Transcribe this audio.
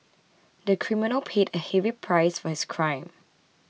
the criminal paid a heavy price for his crime